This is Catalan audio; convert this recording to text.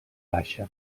baixa